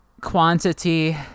quantity